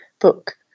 book